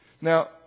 Now